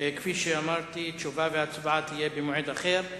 כפי שאמרת, תשובה והצבעה יהיו במועד אחר.